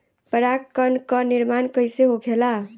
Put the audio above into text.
पराग कण क निर्माण कइसे होखेला?